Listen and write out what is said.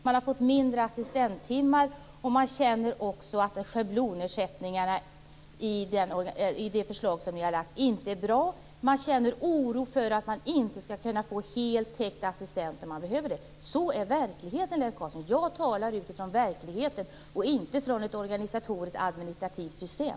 Man har fått färre assistenttimmar, man känner att schablonersättningarna i det förslag som ni lagt fram inte är bra. Man känner oro för att man inte skall få heltäckande assistans om man behöver det. Så är verkligheten. Jag talar utifrån verkligheten, inte från ett organisatoriskt administrativt system.